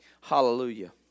Hallelujah